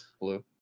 Blue